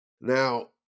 Now